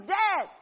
dead